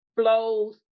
flows